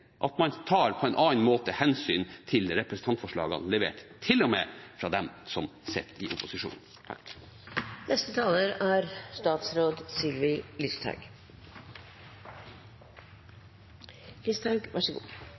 at man på en annen måte tar hensyn til representantforslagene som er levert – til og med fra de som sitter i opposisjon.